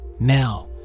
Now